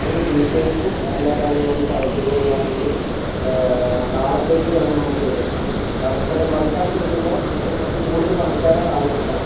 അതിൻ്റെ ഡീറ്റൈൽസും എല്ലാ കാര്യങ്ങളും ഒന്ന് ത ചെയ്ത് തരുവാണെങ്കിൽ നാളത്തേക്ക് ചിലപ്പോൾ നമുക്ക് റെഡി ആക്കാൻ പറ്റും കാരണം ഇത്രയും ബൾക്ക് ആയിട്ട് എടുക്കുമ്പോൾ നമുക്ക് കുറച്ച് കൂടുതൽ പണിക്കാരെ ആവശ്യമുണ്ടാകും